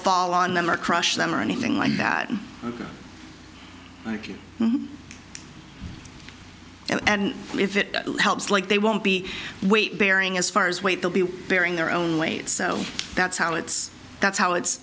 fall on them or crush them or anything like that and if it helps like they won't be weight bearing as far as weight they'll be bearing their own weight so that's how it's that's how it's